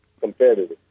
competitive